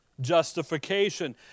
justification